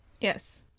Yes